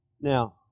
Now